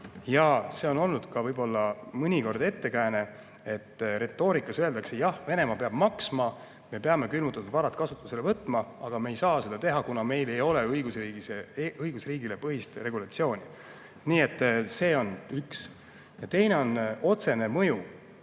laual olnud. Ja mõnikord on olnud ettekääne, et retoorikas öeldakse, et jah, Venemaa peab maksma, me peame külmutatud varad kasutusele võtma, aga me ei saa seda teha, kuna meil ei ole õigusriigis õigusriigipõhist regulatsiooni. Nii et see on üks. Ja teine on otsene mõju